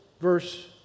verse